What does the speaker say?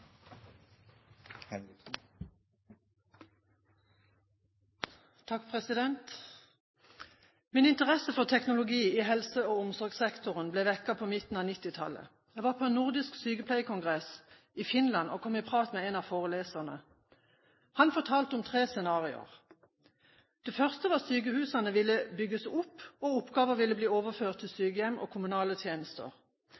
nr. 3. Min interesse for teknologi i helse- og omsorgssektoren ble vekket på midten av 1990-tallet. Jeg var på en nordisk sykepleierkongress i Finland og kom i prat med en av foreleserne. Han fortalte om tre scenarioer. Det første var at sykehusene ville bygges opp og oppgaver ville bli overført til